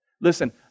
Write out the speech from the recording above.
Listen